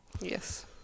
Yes